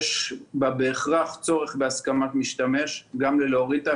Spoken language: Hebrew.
יש בה בהכרח צורך בהסכמת המשתמש גם בהורדה של